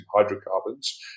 hydrocarbons